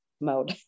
mode